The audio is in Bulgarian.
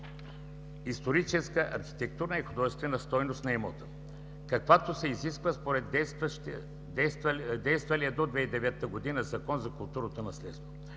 историческа, архитектурна и художествена стойност на имота, каквато се изисква според действалия до 2009 г. Закон за културното наследство.